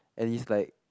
and is like